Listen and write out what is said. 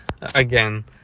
again